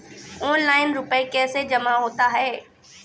Online रुपये कैसे जमा होता हैं?